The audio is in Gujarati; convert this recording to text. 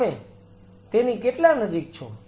તમે તેની કેટલા નજીક છો